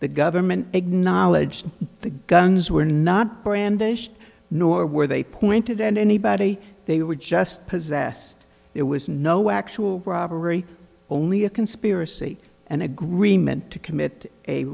the government big knowledge the guns were not brandished nor were they pointed at anybody they were just possessed it was no actual robbery only a conspiracy an agreement to commit a